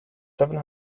seven